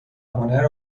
هنر